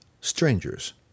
Strangers